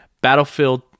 Battlefield